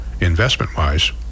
investment-wise